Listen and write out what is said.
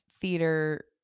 theater